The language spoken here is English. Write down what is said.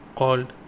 called